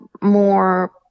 more